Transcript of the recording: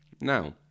Now